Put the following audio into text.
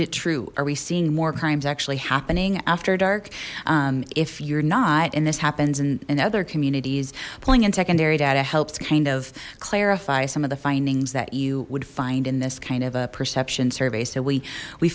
it true are we seeing more crimes actually happening after dark if you're not and this happens in other communities pulling in secondary data helps kind of clarify some of the findings that you would find in this kind of a perception survey so we we